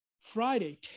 Friday